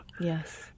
Yes